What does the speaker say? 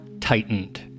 tightened